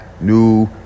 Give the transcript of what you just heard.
new